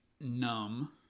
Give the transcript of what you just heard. numb